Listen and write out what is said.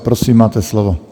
Prosím, máte slovo.